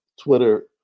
twitter